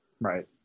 Right